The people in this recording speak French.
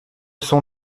sont